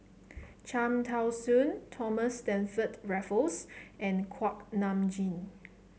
Cham Tao Soon Thomas Stamford Raffles and Kuak Nam Jin